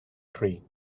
tree